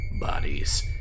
bodies